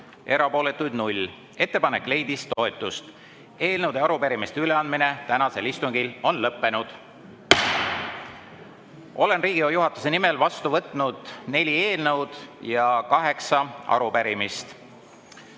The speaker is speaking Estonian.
erapooletuid 0. Ettepanek leidis toetust. Eelnõude ja arupärimiste üleandmine tänasel istungil on lõppenud. Olen Riigikogu juhatuse nimel vastu võtnud neli eelnõu ja kaheksa arupärimist. Head